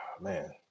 man